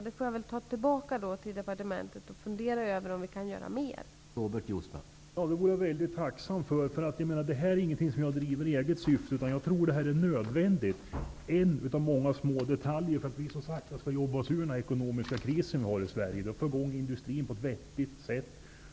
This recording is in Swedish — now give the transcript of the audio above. Det får jag ta med mig tillbaka till departementet och fundera över om vi kan göra något mer.